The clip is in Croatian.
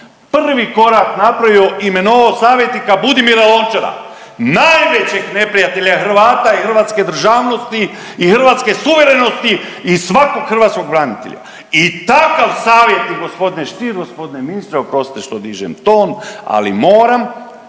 prvi korak napravio imenovao savjetnika Budimira Lončara, najvećeg neprijatelja Hrvata i hrvatske državnosti i hrvatske suverenosti i svakog hrvatskog branitelja i takav savjetnik g. Stier i g. ministre, oprostite što dižem ton ali moram,